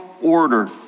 order